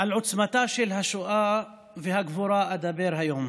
על עוצמתה של השואה והגבורה אדבר היום